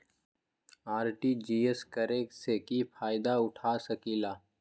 RTGS करे से की फायदा उठा सकीला?